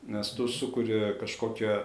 nes tu sukuri kažkokią